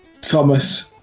Thomas